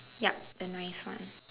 yup the nice one